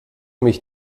mich